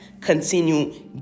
continue